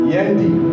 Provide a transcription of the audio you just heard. Yendi